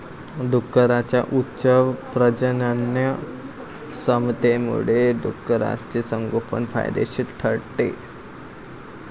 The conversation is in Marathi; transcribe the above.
डुकरांच्या उच्च प्रजननक्षमतेमुळे डुकराचे संगोपन फायदेशीर ठरते